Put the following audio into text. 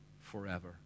forever